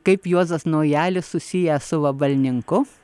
kaip juozas naujalis susijęs su vabalninku